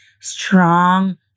strong